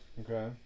Okay